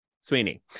sweeney